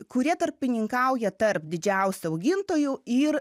kurie tarpininkauja tarp didžiausių augintojų ir